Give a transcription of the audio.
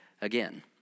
again